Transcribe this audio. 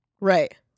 right